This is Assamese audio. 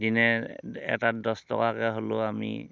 দিনে এটাত দহ টকাকৈ হ'লেও আমি